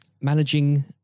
managing